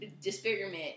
disfigurement